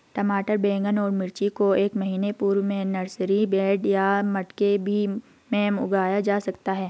टमाटर बैगन और मिर्ची को एक महीना पूर्व में नर्सरी बेड या मटके भी में उगाया जा सकता है